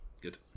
Good